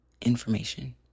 information